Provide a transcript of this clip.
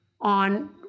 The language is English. on